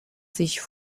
sich